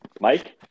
Mike